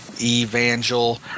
Evangel